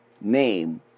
name